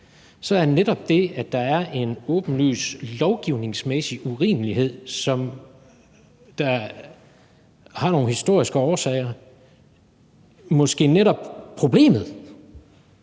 er netop det, at der er en åbenlys lovgivningsmæssig urimelighed, som har nogle historiske årsager, måske netop problemet.